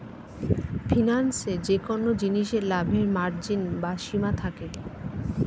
ফিন্যান্সে যেকোন জিনিসে লাভের মার্জিন বা সীমা থাকে